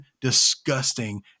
disgusting